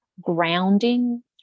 grounding